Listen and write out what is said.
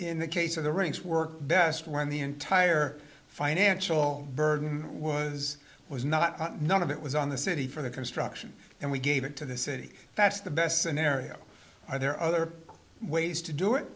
in the case of the rings work best when the entire financial burden was was not none of it was on the city for the construction and we gave it to the city that's the best scenario are there other ways to do it